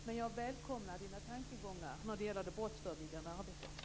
Men jag välkomnar Morgan Johanssons tankegångar när det gäller det brottsförebyggande arbetet.